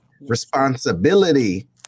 responsibility